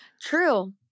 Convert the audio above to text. True